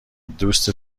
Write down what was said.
دوست